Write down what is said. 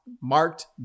marked